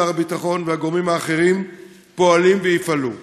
שר הביטחון והגורמים האחרים פועלים ויפעלו,